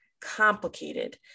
complicated